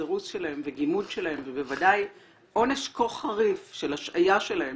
סירוס שלהם וגימוד שלהם ובוודאי עונש כה חריף של השעיה שלהם,